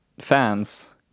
fans